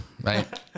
right